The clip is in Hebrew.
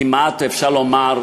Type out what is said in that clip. כמעט אפשר לומר,